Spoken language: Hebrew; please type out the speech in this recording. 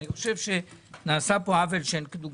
נעשה פה עוול שאין כדוגמתו.